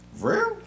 Real